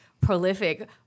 prolific